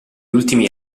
ultimi